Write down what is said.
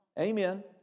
Amen